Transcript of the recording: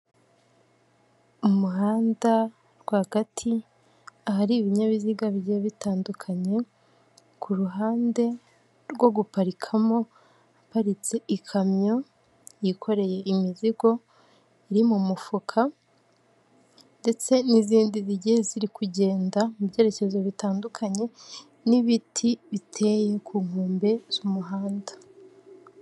Mu muhanda rwagati ahari ibinyabiziga bigiye bitandukanye, ku ruhande rwo guparikamo haparitse ikamyo yikoreye imizigo iri mu mufuka ndetse n'izindi zige ziri kugenda mu byerekezo bitandukanye n'ibiti biteye ku nkombe z'umuhanda.